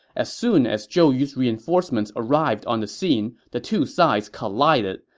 as soon as zhou yu's reinforcements arrived on the scene, the two sides collided,